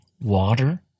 water